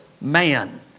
man